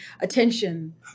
attention